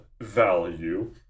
value